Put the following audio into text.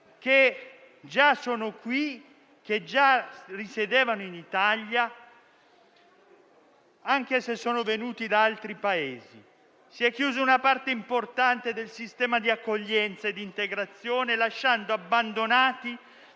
che già sono qui, già risiedevano in Italia, anche se venuti da altri Paesi. Si è chiusa una parte importante del sistema di accoglienza e di integrazione, abbandonando